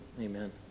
amen